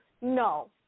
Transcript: No